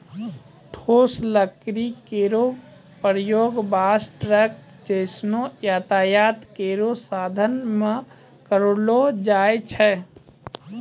ठोस लकड़ी केरो प्रयोग बस, ट्रक जैसनो यातायात केरो साधन म करलो जाय छै